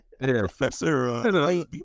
professor